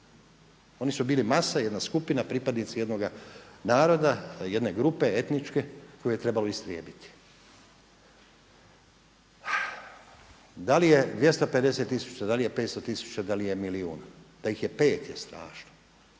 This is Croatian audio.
Oni su bili masa, jedna skupina, pripadnici jednoga naroda, jedne grupe etničke koju je trebalo istrijebiti. Da li je 250000, da li je 500 000, da li je milijun. Da ih je 5 je strašno.